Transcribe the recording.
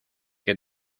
que